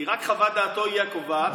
כי רק חוות דעתו היא הקובעת.